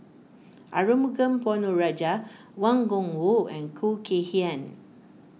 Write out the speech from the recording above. Arumugam Ponnu Rajah Wang Gungwu and Khoo Kay Hian